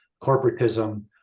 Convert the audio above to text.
corporatism